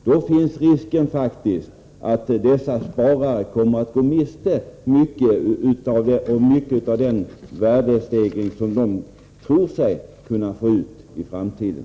Då finns risken att dessa sparare kommer att gå miste om mycket av den värdestegring som de tror sig kunna få ut i framtiden.